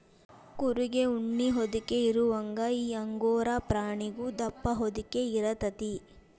ಕುರಿಗೆ ಉಣ್ಣಿ ಹೊದಿಕೆ ಇರುವಂಗ ಈ ಅಂಗೋರಾ ಪ್ರಾಣಿಗು ದಪ್ಪ ಹೊದಿಕೆ ಇರತತಿ